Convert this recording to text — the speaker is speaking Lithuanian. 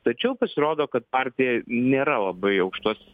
tačiau pasirodo kad partija nėra labai aukštuos